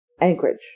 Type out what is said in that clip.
Anchorage